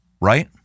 right